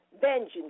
Vengeance